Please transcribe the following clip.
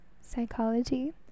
psychology